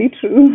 true